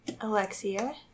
Alexia